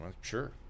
sure